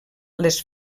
les